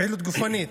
פעילות גופנית,